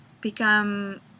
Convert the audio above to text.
become